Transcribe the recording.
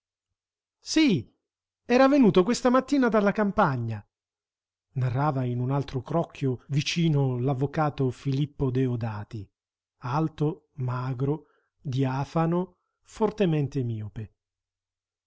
sì era venuto questa mattina dalla campagna narrava in un altro crocchio vicino l'avvocato filippo deodati alto magro diafano fortemente miope